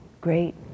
great